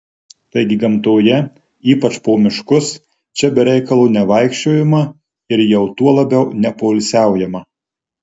taigi gamtoje ypač po miškus čia be reikalo nevaikščiojama ir jau tuo labiau nepoilsiaujama